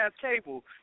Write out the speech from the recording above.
cable